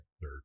third